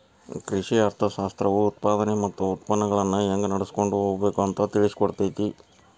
ಕೃಷಿ ಅರ್ಥಶಾಸ್ತ್ರವು ಉತ್ಪಾದನೆ ಮತ್ತ ಉತ್ಪನ್ನಗಳನ್ನಾ ಹೆಂಗ ನಡ್ಸಕೊಂಡ ಹೋಗಬೇಕು ಅಂತಾ ತಿಳ್ಸಿಕೊಡತೈತಿ